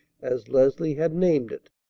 as leslie had named it.